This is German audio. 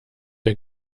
der